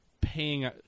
paying